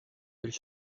belle